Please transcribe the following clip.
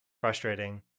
frustrating